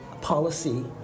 policy